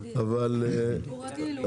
הוא רגיל.